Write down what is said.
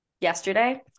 yesterday